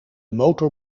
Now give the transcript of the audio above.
motor